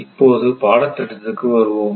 இப்போது பாடத்திட்டத்துக்கு வருவோம்